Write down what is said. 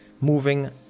moving